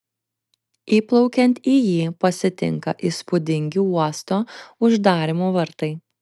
įplaukiant į jį pasitinka įspūdingi uosto uždarymo vartai